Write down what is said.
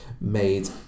made